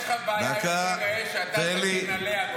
אני מבין שיש לך בעיה --- לנהל כשאתה מגן עליה,